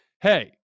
Hey